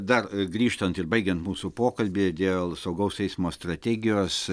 dar grįžtant ir baigiant mūsų pokalbį dėl saugaus eismo strategijos